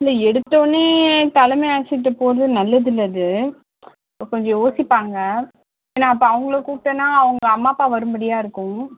இல்லை எடுத்தோன்னே தலைமை ஆசிரியர்கிட்ட போகறது நல்லது இல்லை அது இப்போ கொஞ்சம் யோசிப்பாங்க ஏன்னா அப்போ அவங்களை கூப்பிட்டேன்னா அவங்க அம்மா அப்பா வரும்படியாக இருக்கும்